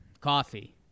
Coffee